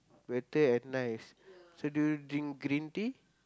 better and nice so do you drink green tea